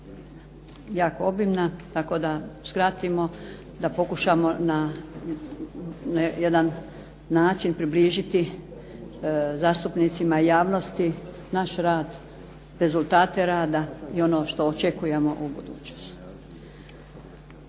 jako obimna tako da skratimo, da pokušamo na jedan način približiti zastupnicima i javnosti naš rad, rezultate rada i ono što očekujemo u budućnosti.